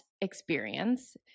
experience